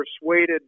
persuaded